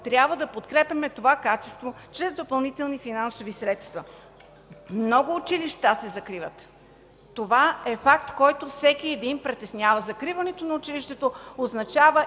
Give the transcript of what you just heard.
Трябва да подкрепяме това качество чрез допълнителни финансови средства. Много училища се закриват. Това е факт, който притеснява всеки един. Закриването на училището означава,